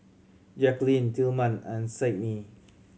Jaquelin Tilman and Sydni